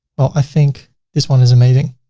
well, i think this one is amazing.